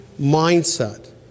mindset